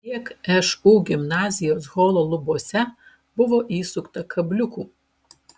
tiek šu gimnazijos holo lubose buvo įsukta kabliukų